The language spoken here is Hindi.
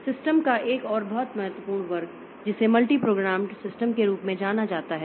सिस्टम का एक और बहुत महत्वपूर्ण वर्ग जिसे मल्टी प्रोग्राम्ड सिस्टम के रूप में जाना जाता है